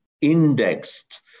indexed